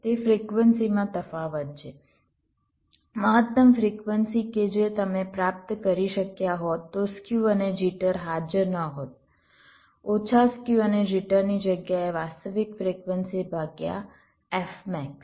તે ફ્રિક્વન્સીમાં તફાવત છે મહત્તમ ફ્રિક્વન્સી કે જે તમે પ્રાપ્ત કરી શક્યા હોત જો સ્ક્યુ અને જિટર હાજર ન હોત ઓછા સ્ક્યુ અને જિટરની જગ્યાએ વાસ્તવિક ફ્રિક્વન્સી ભાગ્યા f મેક્સ